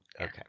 okay